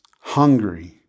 hungry